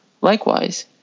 Likewise